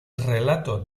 relato